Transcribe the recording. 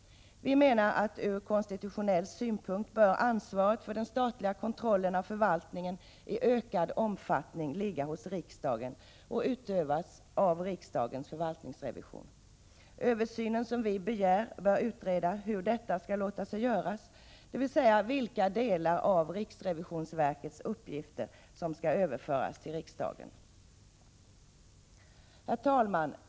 Vi menar att ansvaret för den statliga kontrollen av förvaltningen ur konstitutionell synpunkt i ökad omfattning bör ligga hos riksdagen och utövas av riksdagens förvaltningsrevision. Den översyn vi begär bör utreda hur detta skall låta sig göra, dvs. vilka delar av riksrevisionsverkets uppgifter som skall överföras till riksdagen. Herr talman!